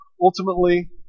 ultimately